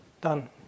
Done